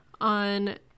on